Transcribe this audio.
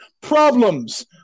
problems